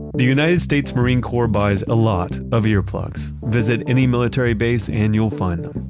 the united states marine corps buys a lot of earplugs. visit any military base and you'll find them.